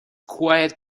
quite